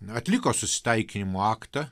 atliko susitaikinimo aktą